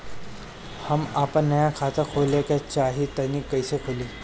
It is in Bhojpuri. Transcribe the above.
हम आपन नया खाता खोले के चाह तानि कइसे खुलि?